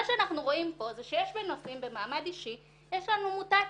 מה שאנחנו רואים פה הוא שבנושאים במעמד האישי יש לנו מוטציות.